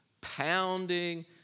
pounding